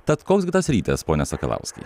tad koks gi tas rytas pone sakalauskai